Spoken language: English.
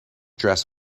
dress